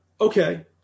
Okay